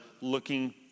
looking